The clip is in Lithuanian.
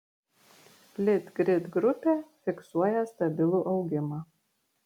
litgrid grupė fiksuoja stabilų augimą